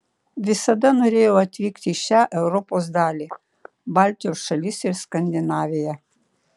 visada norėjau atvykti į šią europos dalį baltijos šalis ir skandinaviją